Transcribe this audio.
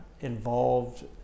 involved